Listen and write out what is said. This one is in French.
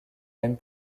même